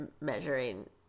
measuring